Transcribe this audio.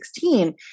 2016